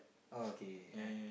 okay yeah